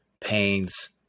pains